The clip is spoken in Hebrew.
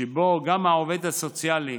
שבו גם העובד הסוציאלי